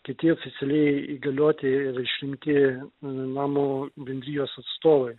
kiti oficialiai įgalioti ir išrinkti namo bendrijos atstovai